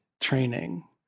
training